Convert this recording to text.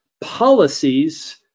policies